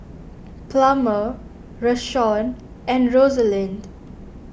Plummer Rashawn and Rosalind